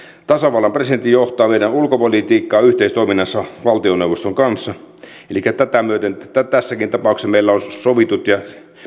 tasavallan presidentti johtaa meidän ulkopolitiikkaa yhteistoiminnassa valtioneuvoston kanssa elikkä tätä myöten tässäkin tapauksessa meillä on sovitut ja